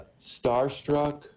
starstruck